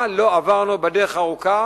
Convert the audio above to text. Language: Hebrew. מה לא עברנו בדרך הארוכה,